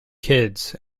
kids